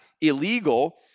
illegal